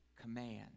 command